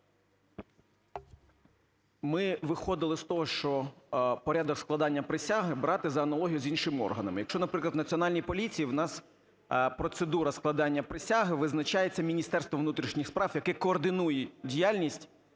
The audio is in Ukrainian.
Ми виходили з того, що порядок складання присяги брати за аналогією з іншими органами. Якщо, наприклад, в Національній поліції в нас процедура складання присяги визначається Міністерством внутрішніх справ, яке координує діяльність